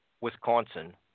Wisconsin